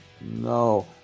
no